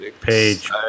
Page